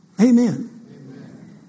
Amen